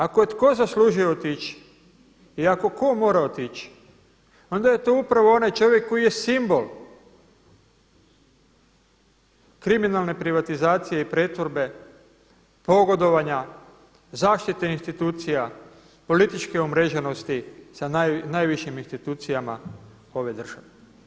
Ako je tko zaslužio otići i ako tko mora otići onda je to upravo onaj čovjek koji je simbol kriminalne privatizacije i pretvorbe, pogodovanja, zaštite institucija, političke umreženosti sa najvišim institucijama ove države.